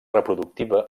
reproductiva